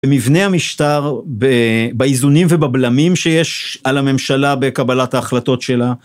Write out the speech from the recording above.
במבנה המשטר, באיזונים ובבלמים שיש על הממשלה בקבלת ההחלטות שלה.